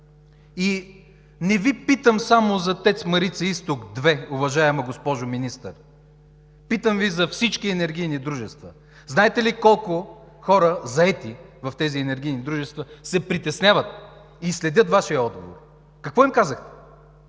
И не Ви питам само за ТЕЦ „Марица-изток 2“, уважаема госпожо Министър, питам Ви за всички енергийни дружества! Знаете ли колко хора, заети в тези енергийни дружества, се притесняват и следят Вашия отговор? Какво им казахте?